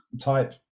type